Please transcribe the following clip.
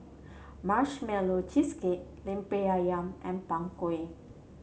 Marshmallow Cheesecake Lemper Ayam and Png Kueh